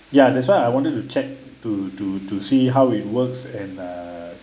ya that's why I wanted to check to to to see how it works and uh